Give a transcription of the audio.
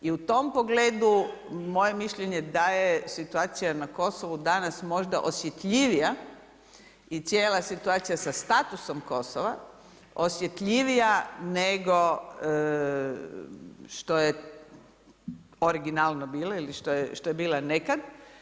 I u tom pogledu moje mišljenje da je situacija na Kosovu danas možda osjetljivija i cijela situacija sa statusom Kosova, osjetljivija nego što je originalno bila ili što je bila nekad.